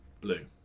blue